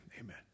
Amen